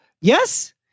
Yes